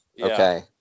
okay